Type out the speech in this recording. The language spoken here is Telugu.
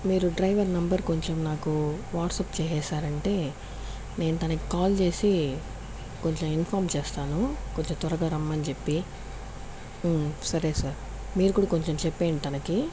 మీరు డ్రైవర్ నెంబర్ కొంచెం నాకు వాట్సప్ చేసేసారంటే నేను తనకి కాల్ చేసి కొంచెం ఇన్ఫార్మ్ చేస్తాను కొంచెం త్వరగా రమ్మని చెప్పి సరే సార్ మీరు కూడా కొంచెం చెప్పేయండి తనకి